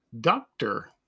doctor